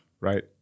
right